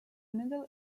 middle